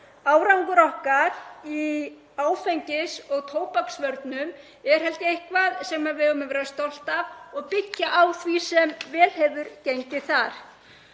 Árangur okkar í áfengis- og tóbaksvörnum er, held ég, eitthvað sem við eigum að vera stolt af og byggja á því sem vel hefur gengið þar.